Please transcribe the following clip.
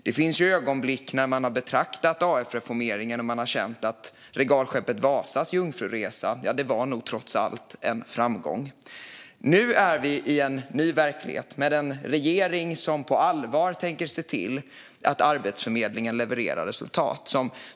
Det finns ju ögonblick när man har betraktat AF-reformeringen och känt att regalskeppet Vasas jungfruresa nog trots allt var en framgång. Nu är vi i en ny verklighet med en regering som på allvar tänker se till att Arbetsförmedlingen levererar resultat.